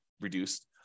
reduced